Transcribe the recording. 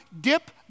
dip